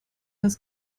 das